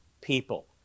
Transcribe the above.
people